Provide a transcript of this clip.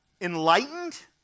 enlightened